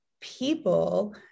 people